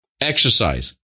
exercise